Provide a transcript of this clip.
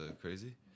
crazy